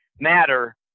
matter